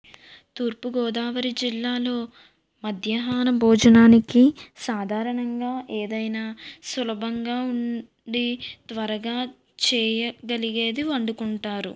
తూర్పు గోదావరి జిల్లాలో మధ్యాహ్నం భోజనానికి సాధారణంగా ఏదైనా సులభంగా ఉండి త్వరగా చేయగలిగేది వండుకుంటారు